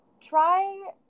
try